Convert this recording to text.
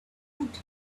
food